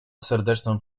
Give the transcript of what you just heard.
serdeczną